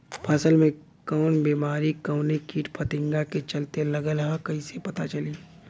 फसल में कवन बेमारी कवने कीट फतिंगा के चलते लगल ह कइसे पता चली?